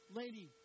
lady